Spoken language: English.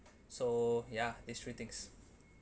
so ya these three things